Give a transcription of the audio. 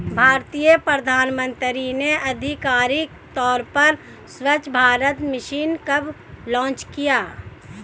भारतीय प्रधानमंत्री ने आधिकारिक तौर पर स्वच्छ भारत मिशन कब लॉन्च किया?